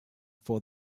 for